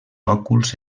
òculs